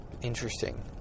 Interesting